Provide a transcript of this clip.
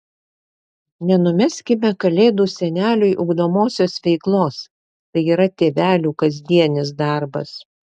nenumeskime kalėdų seneliui ugdomosios veiklos tai yra tėvelių kasdienis darbas